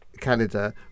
Canada